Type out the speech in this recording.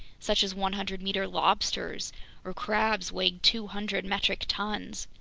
such as one hundred meter lobsters or crabs weighing two hundred metric tons!